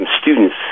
students